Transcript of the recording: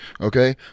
okay